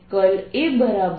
B0J Bz 0I2 R2R2z232 A B B